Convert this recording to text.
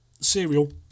Cereal